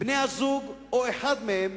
בני-הזוג או אחד מהם